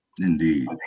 Indeed